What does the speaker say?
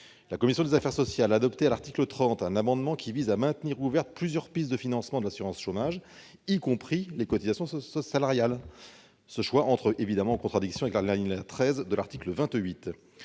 La commission des affaires sociales a adopté à l'article 30 un amendement maintenant ouvertes plusieurs pistes de financement de l'assurance chômage, y compris les cotisations salariales. Ce choix entre en contradiction avec l'alinéa 13 de l'article 28.